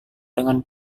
dengan